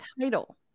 title